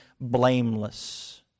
blameless